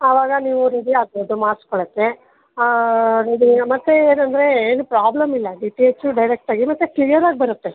ಅವಾಗ ನೀವು ರೆಡಿ ಆಗ್ಬೋದು ಮಾಡ್ಸ್ಕೊಳ್ಳೋಕೆ ಇದು ಮತ್ತು ಏನಂದರೆ ಏನು ಪ್ರಾಬ್ಲಮ್ಮಿಲ್ಲ ಡಿ ಟಿ ಎಚ್ಚು ಡೈರೆಕ್ಟಾಗಿ ಮತ್ತು ಕ್ಲಿಯರ್ರಾಗಿ ಬರುತ್ತೆ